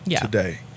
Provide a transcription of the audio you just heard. today